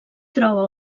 troba